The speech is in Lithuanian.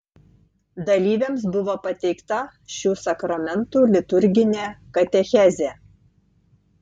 dalyviams buvo pateikta šių sakramentų liturginė katechezė